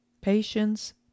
Patience